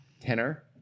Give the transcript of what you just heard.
tenor